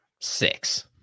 Six